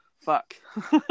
fuck